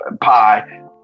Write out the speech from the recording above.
pie